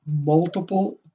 multiple